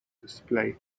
display